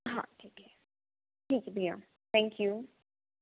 हाँ ठीक है ठीक है भईया थैंक्यू